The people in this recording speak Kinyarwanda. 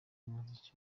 umuziki